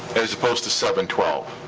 as opposed to seven twelve.